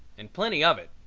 and plenty of it.